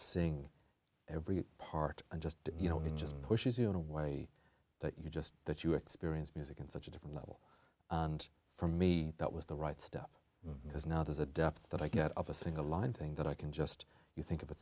sing every part and just you know it just pushes you in a way that you just that you experience music in such a different level and for me that was the right step because now there's a depth that i get of a single line thing that i can just you think of